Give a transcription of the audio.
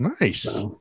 Nice